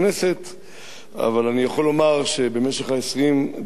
אבל אני יכול לומר שבמשך 20 וכמה השנים האחרונות,